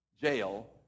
jail